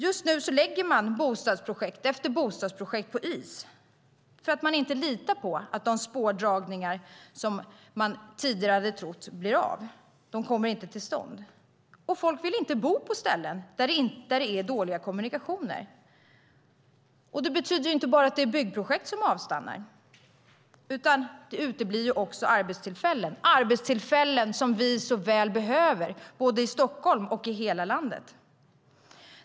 Just nu lägger man bostadsprojekt efter bostadsprojekt på is för att man inte litar på att de spårdragningar som man tidigare hade trott skulle ske blir av. De kommer inte till stånd. Folk vill inte bo på ställen med dåliga kommunikationer. Det betyder inte bara att byggprojekt avstannar utan även att arbetstillfällen uteblir, arbetstillfällen som vi så väl behöver både i Stockholm och i resten av landet.